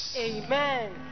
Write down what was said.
Amen